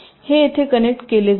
हे येथे कनेक्ट केले जाईल